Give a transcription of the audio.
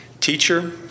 teacher